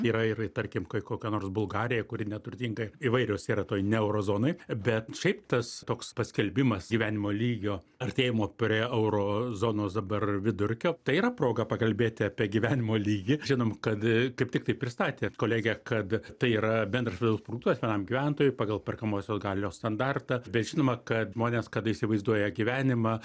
yra ir tarkim kai kokia nors bulgarija kuri neturtinga įvairios yra toj ne euro zonoj bet šiaip tas toks paskelbimas gyvenimo lygio artėjimo prie euro zonos dabar vidurkio tai yra proga pakalbėti apie gyvenimo lygį žinom kad kaip tik tai pristatėt kolegę kad tai yra bendras vidaus produktas vienam gyventojui pagal perkamosios galios standartą bet žinoma kad žmonės kada įsivaizduoja gyvenimą